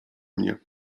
mnie